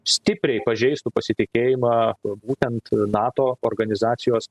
stipriai pažeistų pasitikėjimą būtent nato organizacijos